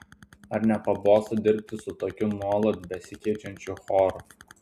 ar nepabosta dirbti su tokiu nuolat besikeičiančiu choru